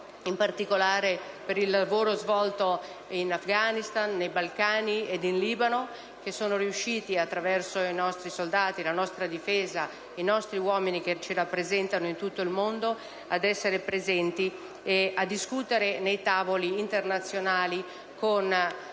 in particolare in Afghanistan, nei Balcani e in Libano, dove si è riusciti, attraverso i nostri soldati, la nostra difesa, attraverso gli uomini che ci rappresentano in tutto il mondo, ad essere presenti e a discutere nei tavoli internazionali con Stati Uniti